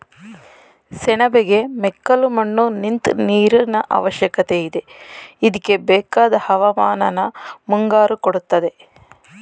ಸೆಣಬಿಗೆ ಮೆಕ್ಕಲುಮಣ್ಣು ನಿಂತ್ ನೀರಿನಅವಶ್ಯಕತೆಯಿದೆ ಇದ್ಕೆಬೇಕಾದ್ ಹವಾಮಾನನ ಮುಂಗಾರು ಕೊಡ್ತದೆ